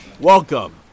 Welcome